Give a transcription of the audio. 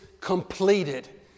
completed